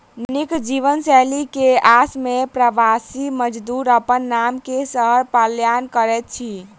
नीक जीवनशैली के आस में प्रवासी मजदूर अपन गाम से शहर पलायन करैत अछि